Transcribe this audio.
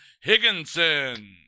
Higginson